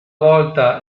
volta